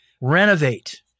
renovate